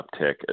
uptick